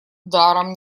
даром